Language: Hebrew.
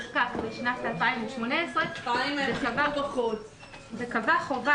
נחקק בשנת 2018 וקבע חובה